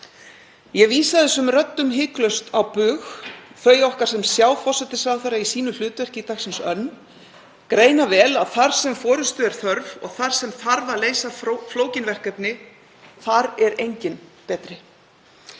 Ég vísa þessum röddum hiklaust á bug. Þau okkar sem sjá forsætisráðherra í sínu hlutverki í dagsins önn greina vel að þar sem forystu er þörf og þar sem þarf að leysa flókin verkefni, þar er enginn betri.